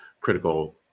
critical